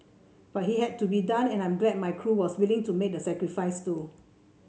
but he had to be done and I'm glad my crew was willing to make the sacrifice too